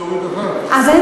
כי יש אמת היסטורית אחת.